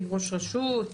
ראש רשות,